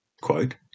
Quote